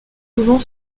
souvent